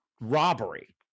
robbery